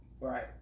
Right